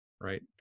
Right